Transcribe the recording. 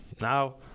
Now